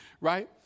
right